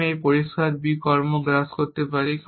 আমি এই পরিষ্কার b কর্ম গ্রাস করতে হবে